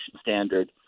standard